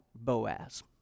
Boaz